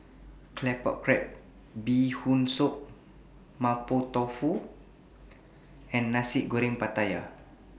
Claypot Crab Bee Hoon Soup Mapo Tofu and Nasi Goreng Pattaya